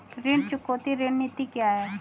ऋण चुकौती रणनीति क्या है?